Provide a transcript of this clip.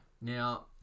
Now